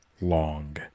long